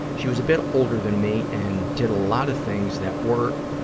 she was a bit older than me and did a lot of things that were,